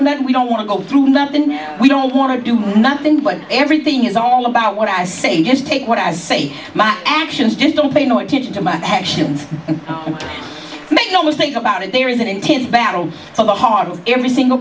and that we don't want to go through that then we don't want to do nothing but everything is all about what i say just take what i say my actions just don't pay no attention to my actions and make no mistake about it there is an intense battle for the heart of every single